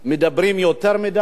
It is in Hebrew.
מדברים יותר מדי,